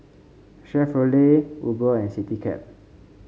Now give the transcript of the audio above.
Chevrolet Uber and Citycab